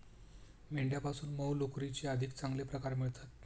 मेंढ्यांपासून मऊ लोकरीचे अधिक चांगले प्रकार मिळतात